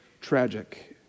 tragic